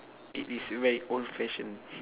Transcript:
it is very old fashion